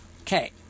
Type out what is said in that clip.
Okay